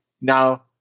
now